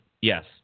yes